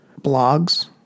blogs